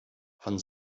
von